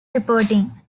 reporting